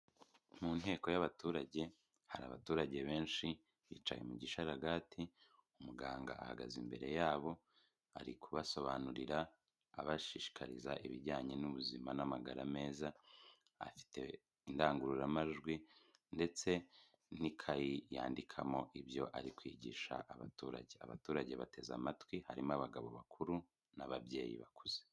Mu nteko y'abaturage, hari abaturage benshi, bicaye mu gishararagati, umuganga ahagaze imbere yabo, ari kubasobanurira abashishikariza ibijyanye n'ubuzima n'amagara meza, afite indangururamajwi ndetse n'ikayi yandikamo ibyo ari kwigisha abaturage. Abaturage bateze amatwi, harimo abagabo bakuru n'ababyeyi bakuze.